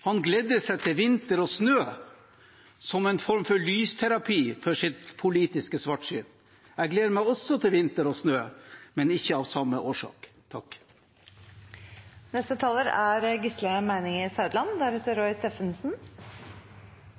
Han gledet seg til vinter og snø som en form for lysterapi for sitt politiske svartsyn. Jeg gleder meg også til vinter og snø, men ikke av samme årsak. Landet er i en alvorlig situasjon. Den er